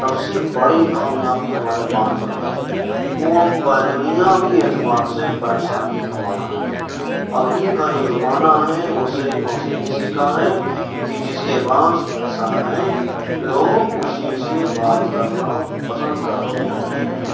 سب سے بڑی کامیابی ہمارے پاس جو ہے وہ دنیاوی اعتبار سے پیسہ ہی کمانا ہے ابھی کا جو زمانہ ہے وہ صرف اور صرف اسی کا ہے کہ جس کے پاس پیسہ ہے لوگ اسی سے بات کرنا پسند کرتے ہیں